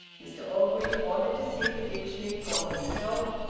mr orgreave wanted to see the dictionary for himself,